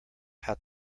how